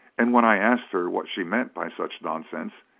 and when i asked her what she meant by such nonsense,